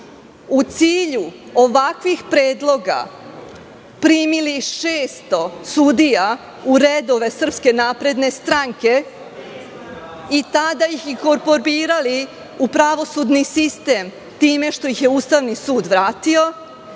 u cilju ovakvih predloga primili 600 sudija u redove Srpske napredne stranke i tada ih inkorporirali u pravosudni sistem, time što ih je Ustavni sud vratio,